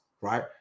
Right